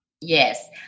Yes